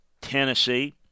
Tennessee